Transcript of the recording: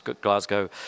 glasgow